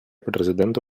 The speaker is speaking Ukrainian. президент